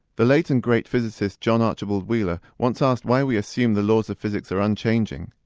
the late and great physicist john archibald wheeler once asked why we assumed the laws of physics are unchanging.